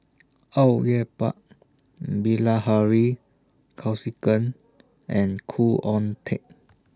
Au Yue Pak Bilahari Kausikan and Khoo Oon Teik